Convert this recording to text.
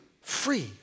free